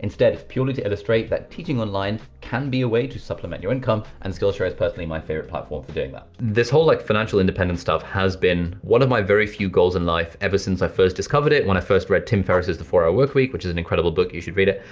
instead, purely to illustrate that teaching online can be a way to supplement your income, and skillshare is personally my favourite platform for doing that. this whole like financial independence stuff has been one of my very few goals in life ever since i first discovered it, when i first read tim ferriss's the four hour workweek which is an incredible book, you should read it.